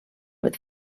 with